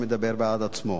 שמדבר בעד עצמו: